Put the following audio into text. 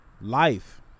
Life